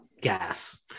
Gas